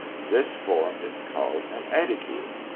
this form is called an aedicule.